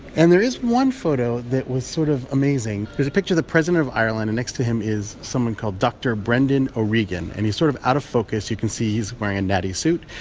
and there is one photo that was sort of amazing. there's a picture of the president of ireland, and next to him is someone called dr. brendan o'regan. and he's sort of out of focus. you can see he's wearing a natty suit.